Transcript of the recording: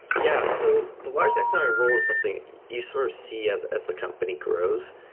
yeah. so the large taxonomy of role is something you sort of see as as the company grows.